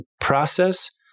process